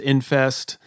Infest